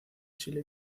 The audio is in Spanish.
chile